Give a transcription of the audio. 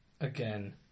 Again